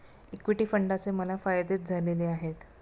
equity फंडाचे मला फायदेच झालेले आहेत